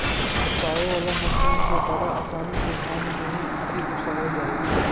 ओसावे वाला मशीन से बड़ा आसानी से धान, गेंहू आदि ओसावल जाला